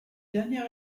dernier